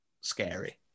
scary